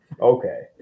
Okay